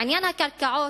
עניין הקרקעות,